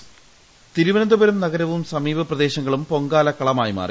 voice Thiruvananthapuram നഗരവും സമീപ പ്രദേശങ്ങളും പൊങ്കാലക്കളമായി മാറി